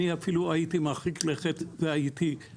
אני אפילו הייתי מרחיק לכת ומבטל,